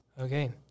Okay